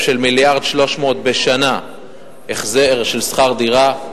של 1.3 מיליארד בשנה החזר של שכר דירה,